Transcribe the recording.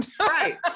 Right